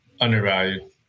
Undervalued